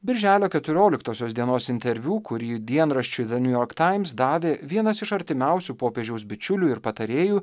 birželio keturioliktosios dienos interviu kurį dienraščiui the new york times davė vienas iš artimiausių popiežiaus bičiulių ir patarėjų